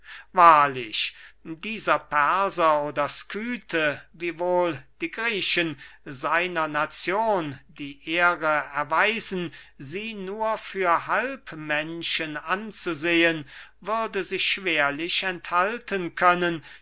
wahrlich dieser perser oder skythe wiewohl die griechen seiner nazion die ehre erweisen sie nur für halbmenschen anzusehen würde sich schwerlich enthalten können